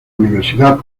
universidad